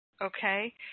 okay